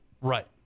Right